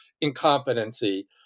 incompetency